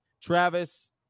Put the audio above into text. travis